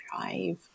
drive